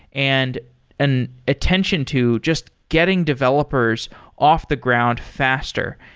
and an attention to just getting developers off the ground faster,